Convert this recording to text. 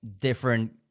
different